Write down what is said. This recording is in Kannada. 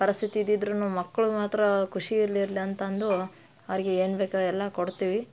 ಪರಿಸ್ಥಿತಿ ಇದ್ದಿದ್ರು ಮಕ್ಕಳು ಮಾತ್ರ ಖುಷಿಯಲ್ಲಿ ಇರ್ಲಿ ಅಂತಂದು ಅವ್ರ್ಗೆ ಏನು ಬೇಕೋ ಎಲ್ಲ ಕೊಡ್ತೀವಿ